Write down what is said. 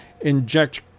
inject